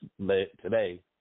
today